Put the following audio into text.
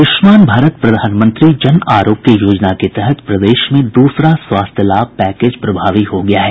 आयुष्मान भारत प्रधानमंत्री जन आरोग्य योजना के तहत प्रदेश में दूसरा स्वास्थ्य लाभ पैकेज प्रभावी हो गया है